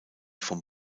vom